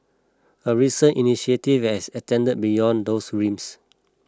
a recent initiative has extended beyond those realms